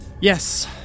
Yes